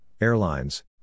airlines